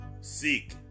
Seek